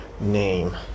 name